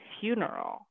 funeral